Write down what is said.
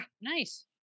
nice